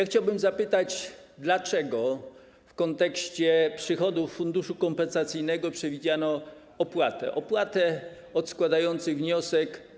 Chciałbym zapytać, dlaczego w kontekście przychodów funduszu kompensacyjnego przewidziano opłatę 200 zł od składających wniosek.